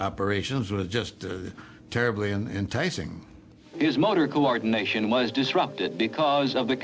operations were just terribly an enticing his motor coordination was disrupted because of the